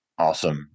Awesome